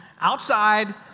outside